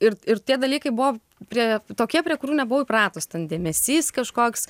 ir ir tie dalykai buvo prie tokie prie kurių nebuvau įpratus ten dėmesys kažkoks